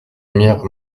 remire